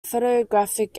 photographic